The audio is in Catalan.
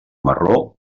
marró